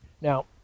Now